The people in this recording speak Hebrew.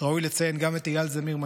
ראוי לציין גם את אייל זמיר,